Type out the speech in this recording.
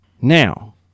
Now